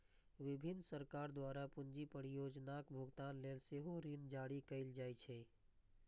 विभिन्न सरकार द्वारा पूंजी परियोजनाक भुगतान लेल सेहो ऋण जारी कैल जाइ छै